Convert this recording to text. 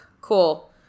Cool